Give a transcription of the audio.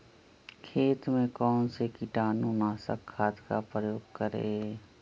खेत में कौन से कीटाणु नाशक खाद का प्रयोग करें?